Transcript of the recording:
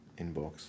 inbox